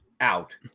out